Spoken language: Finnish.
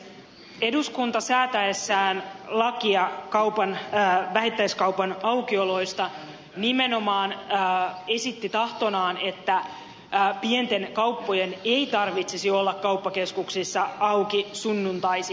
eduskunta säätäessään lakia vähittäiskaupan aukioloista nimenomaan esitti tahtonaan että pienten kauppojen ei tarvitsisi olla kauppakeskuksissa auki sunnuntaisin